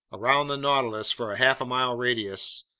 around the nautilus for a half-mile radius,